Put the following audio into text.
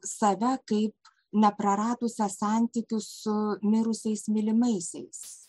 save kaip nepraradusią santykių su mirusiais mylimaisiais